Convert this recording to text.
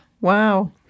Wow